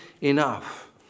enough